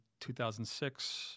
2006